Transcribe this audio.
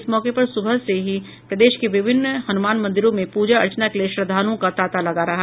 इस मौके पर सुबह से ही प्रदेश के विभिन्न हन्मान मंदिरों में पूजा अर्चना के लिए श्रद्धालुओं का तांता लगा रहा